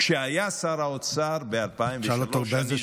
כשהיה שר האוצר ב-2003.